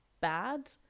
bad